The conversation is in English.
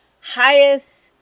highest